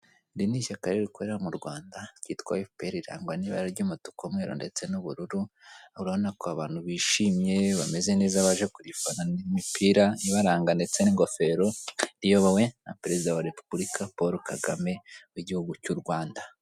Iri ni ishyaka rero rikorera mu Rwanda ryitwa efuperi rirangwa n'ibara ry'umutuku, umweru ndetse n'ubururu, urabona ko abantu bishimye bameze neza baje kurifana n'imipira ibaranga ndetse n'ingofero riyobowe na perezida wa repubulika Paul Kagame w'igihugu cy'u Rwanda.